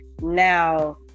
now